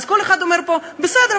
אז כל אחד אומר פה: בסדר,